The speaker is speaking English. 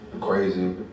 crazy